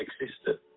existed